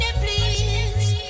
please